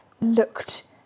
looked